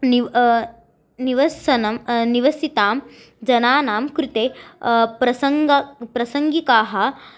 निव् निवसनं निवसितं जनानां कृते प्रसङ्गः प्रासङ्गिकाः